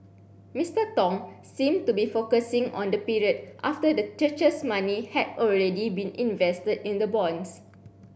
Mister Tong seemed to be focusing on the period after the church's money had already been invested in the bonds